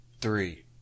three